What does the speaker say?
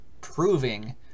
proving